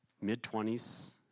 mid-twenties